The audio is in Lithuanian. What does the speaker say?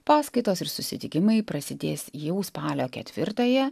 paskaitos ir susitikimai prasidės jau spalio ketvirtąją